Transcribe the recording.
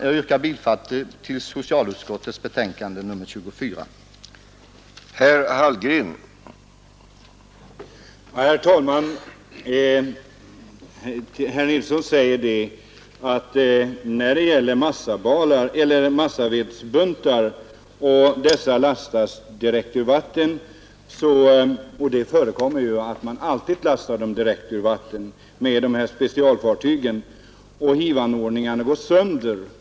Jag yrkar bifall till socialutskottets hemställan i dess betänkande nr 24.